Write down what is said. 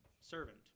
servant